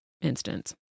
instance